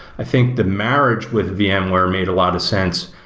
i think the marriage with vmware made a lot of sense,